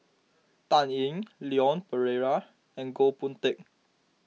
Dan Ying Leon Perera and Goh Boon Teck